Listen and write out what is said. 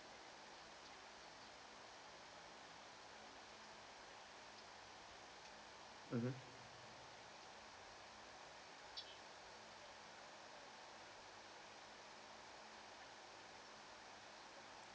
mmhmm